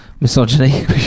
misogyny